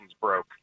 broke